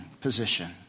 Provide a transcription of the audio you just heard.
position